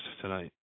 tonight